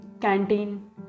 canteen